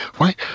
right